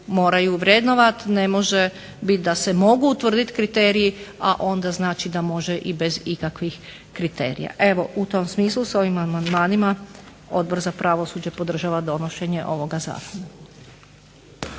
moraju vrednovati. Ne može biti da se mogu utvrditi kriteriji, a onda znači da može i bez ikakvih kriterija. Evo, u tom smislu s ovim amandmanima Odbor za pravosuđe podržava donošenje ovoga zakona.